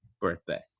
birthday